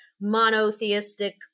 monotheistic